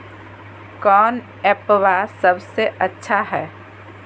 कौन एप्पबा सबसे अच्छा हय?